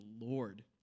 Lord